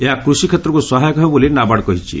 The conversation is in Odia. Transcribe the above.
ଏହା କୃଷିକ୍ଷେତ୍ରକୁ ସହାୟକ ହେବ ବୋଲି ନାବାର୍ଡ କହିଛି